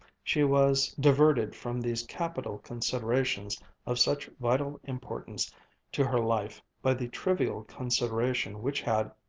she was diverted from these capital considerations of such vital importance to her life by the trivial consideration which had,